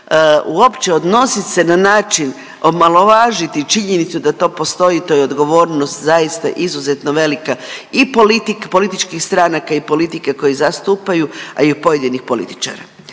Uopće odnosit se na način omalovažiti činjenicu da to postoji to je odgovornost zaista izuzetno velika i polit… političkih stranaka i politike koju zastupaju, a i u pojedinih političara.